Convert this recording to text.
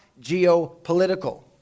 geopolitical